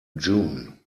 june